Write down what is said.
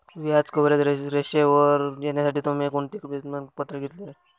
व्याज कव्हरेज रेशोवर येण्यासाठी तुम्ही कोणती बेंचमार्क पातळी घेतली आहे?